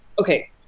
Okay